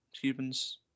humans